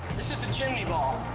this is the chimney ball.